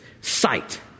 sight